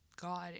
god